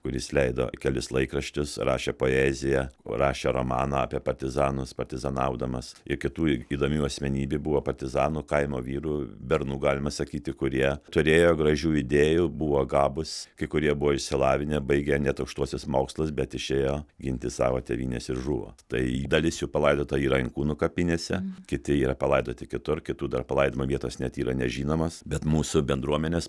kuris leido kelis laikraščius rašė poeziją o rašė romaną apie partizanus partizanaudamas i kitų įdomių asmenybių buvo partizanų kaimo vyrų bernų galima sakyti kurie turėjo gražių idėjų buvo gabūs kai kurie buvo išsilavinę baigę net aukštuosius mokslus bet išėjo ginti savo tėvynės ir žuvo tai dalis jų palaidota yra inkūnų kapinėse kiti yra palaidoti kitur kitų dar palaidojimo vietos net yra nežinomas bet mūsų bendruomenės